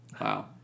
Wow